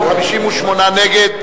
32 בעד, 58 נגד.